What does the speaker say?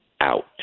out